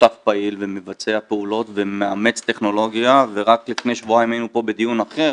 פעיל ומבצע פעולות ומאמץ טכנולוגיה ורק לפני שבועיים היינו פה בדיון אחר